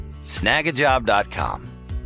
Snagajob.com